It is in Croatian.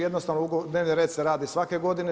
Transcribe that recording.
Jednostavno, dnevni red se radi svake godine.